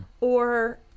or-